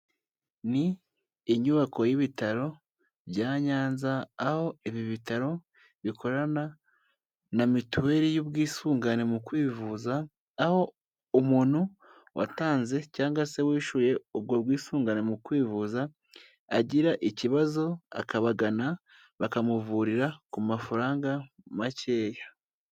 Ni inyubako y'ibitaro bya nyanza, aho ibi bitaro bikorana na mituweri y'ubwisungane mu kwivuza, aho umuntu watanze cyangwa se wishyuye ubwo bwisungane mu kwivuza agira ikibazo akabagana bakamuvurira ku mafaranga makeya.